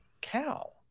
cow